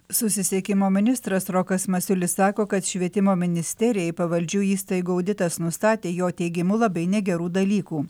susisiekimo ministras rokas masiulis sako kad švietimo ministerijai pavaldžių įstaigų auditas nustatė jo teigimu labai negerų dalykų